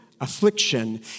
affliction